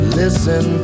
listen